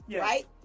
right